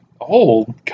Old